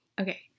Okay